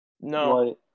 No